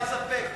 אין ספק,